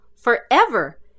Forever